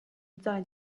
zone